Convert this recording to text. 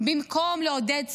במקום לעודד צמיחה,